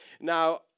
Now